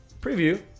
preview